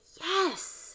yes